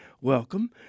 welcome